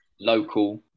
Local